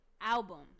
albums